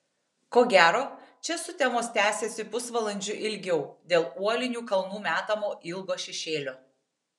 ko gero čia sutemos tęsiasi pusvalandžiu ilgiau dėl uolinių kalnų metamo ilgo šešėlio